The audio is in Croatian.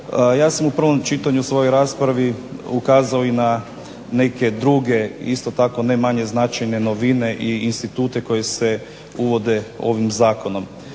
Ja sam u prvom čitanju u svojoj raspravi ukazao na neke druge ne manje značajne novine i institute koji se uvode ovim zakonom.